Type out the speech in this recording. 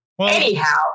Anyhow